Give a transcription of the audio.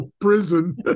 prison